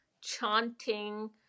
chanting